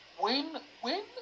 win-win